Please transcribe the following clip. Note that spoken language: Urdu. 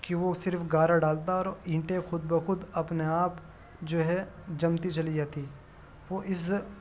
کہ وہ صرف گارہ ڈالتا اور اینٹیں خود بخود اپنے آپ جو ہے جمتی چلی جاتی وہ از